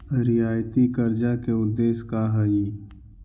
रियायती कर्जा के उदेश्य का हई?